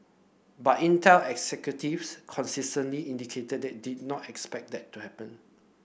but Intel executives consistently indicated that they did not expect that to happen